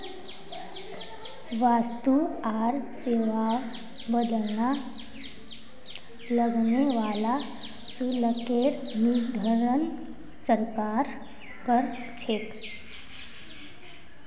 वस्तु आर सेवार बदला लगने वाला शुल्केर निर्धारण सरकार कर छेक